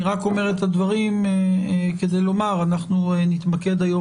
אני רק אומר את הדברים כדי לומר שאנחנו נתמקד היום